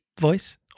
voice